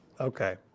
Okay